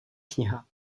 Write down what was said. kniha